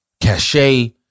cachet